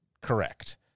correct